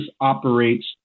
operates